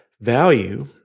value